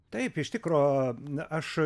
taip iš tikroaš